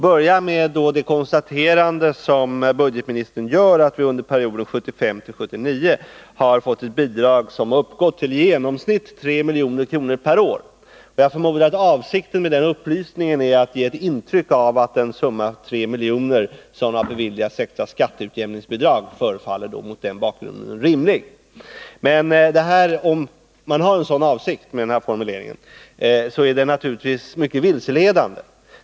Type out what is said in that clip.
Budgetministern konstaterar att Södertälje kommun under perioden 1975-1979 har fått bidrag som har uppgått till i genomsnitt 3 milj.kr. per år. Jag förmodar att avsikten med denna upplysning är att ge intryck av att den summa, 3 miljoner, som har beviljats i extra skatteutjämningsbidrag, mot den bakgrunden är rimlig. Men om man har en sådan avsikt med denna formulering, så är den naturligtvis mycket vilseledande.